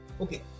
okay